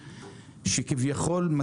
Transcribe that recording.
שונים.